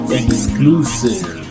exclusive